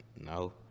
no